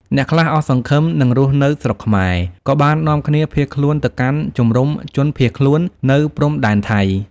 អ្នកខ្លះអស់សង្ឃឹមនឹងរស់នៅស្រុកខ្មែរ ក៏បាននាំគ្នាភៀសខ្លួនទៅកាន់ជំរំជនភៀសខ្លួននៅព្រំដែនថៃ។